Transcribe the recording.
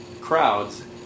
crowds